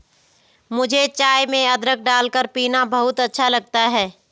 मुझे चाय में अदरक डालकर पीना बहुत अच्छा लगता है